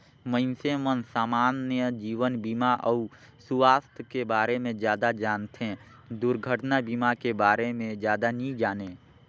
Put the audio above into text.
मइनसे मन समान्य जीवन बीमा अउ सुवास्थ के बारे मे जादा जानथें, दुरघटना बीमा के बारे मे जादा नी जानें